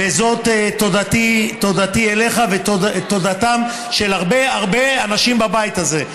וזאת תודתי אליך ותודתם של הרבה הרבה אנשים בבית הזה,